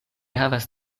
havas